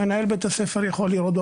מנהל בית הספר יכול לראות.